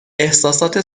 احساسات